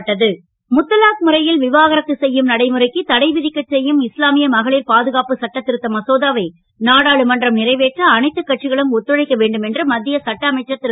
சட்டம் மசோதா முத்தலாக் முறையில் விவாகரத்து செய்யும் நடைமுறைக்கு தடைவிதிக்கச் செய்யும் இஸ்லாமிய மகளிர் பாதுகாப்புச் சட்டதிருத்த மசோதாவை நாடாளுமன்றம் நிறைவேற்ற அனைத்து கட்சிகளும் ஒத்துழைக்க வேண்டும் என்று மத்திய சட்ட அமைச்சர் திரு